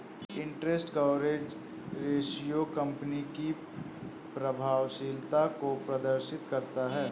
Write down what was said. interest coverage ratio company की प्रभावशीलता को प्रदर्शित करता है